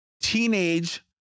teenage